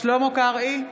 שלמה קרעי,